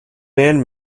band